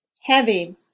heavy